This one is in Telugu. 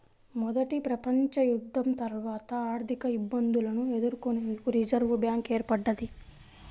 మొదటి ప్రపంచయుద్ధం తర్వాత ఆర్థికఇబ్బందులను ఎదుర్కొనేందుకు రిజర్వ్ బ్యాంక్ ఏర్పడ్డది